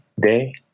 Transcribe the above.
day